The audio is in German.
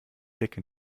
decke